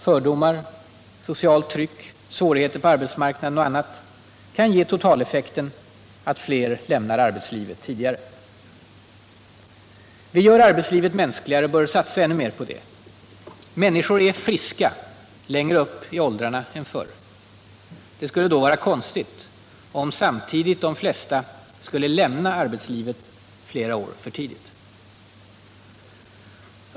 Fördomar, socialt tryck, svårigheter på arbetsmarknaden och annat kan ge totaleffekten att fler lämnar arbetslivet tidigare. Vi gör arbetslivet mänskligare och bör satsa ännu mer på det. Människor är friska längre upp i åldrarna än förr. Det skulle då vara konstigt om samtidigt de flesta skulle lämna arbetslivet flera år för tidigt.